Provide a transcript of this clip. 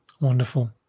Wonderful